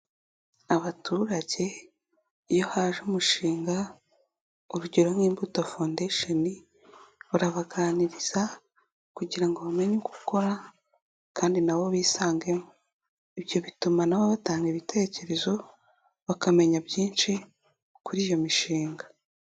Abaturage, iyo haje umushinga, urugero nk'Imbuto foundation, urabaganiriza kugira ngo bamenye uko ukora kandi na bo bisangemo, ibyo bituma na bo batanga ibitekerezo, bakamenya byinshi, kuri iyo mishinga.